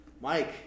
Mike